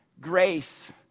grace